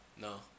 no